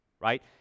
right